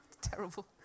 Terrible